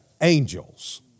angels